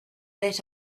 let